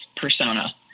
persona